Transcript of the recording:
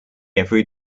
every